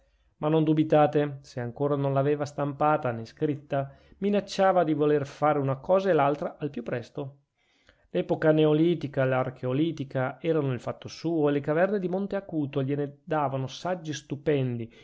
ma non dubitate se ancora non l'aveva stampata nè scritta minacciava di voler fare una cosa e l'altra al più presto l'epoca neolitica e l'archeolitica erano il fatto suo e le caverne di monte acuto gliene davano saggi stupendi